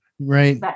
Right